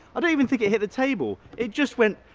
i don't even think it hit the table. it just went,